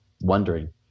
wondering